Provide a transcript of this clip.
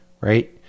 right